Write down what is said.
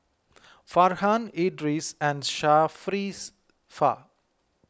Farhan Idris and Sharifah